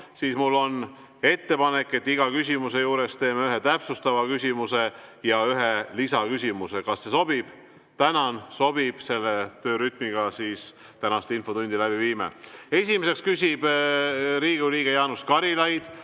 siis mul on ettepanek, et iga küsimuse juures teeme ühe täpsustava küsimuse ja ühe lisaküsimuse. Kas see sobib? Tänan! Sobib selle töörütmiga, [niiviisi] siis tänast infotundi läbi viime. Esimesena küsib Riigikogu liige Jaanus Karilaid,